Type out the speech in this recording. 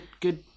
good